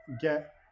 get